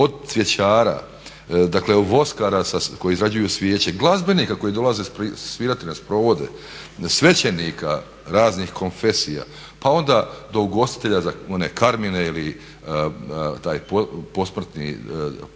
od cvjećara, dakle voskara koji izrađuju svijeće, glazbenika koji dolaze svirati na sprovode, svećenika raznih konfesija. Pa onda do ugostitelja za one karmine ili taj posmrtni,